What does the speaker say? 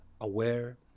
aware